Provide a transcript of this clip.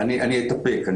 אני אתאפק.